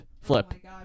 flip